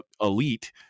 elite